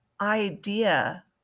idea